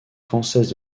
française